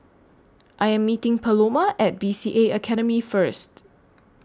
I Am meeting Paloma At B C A Academy First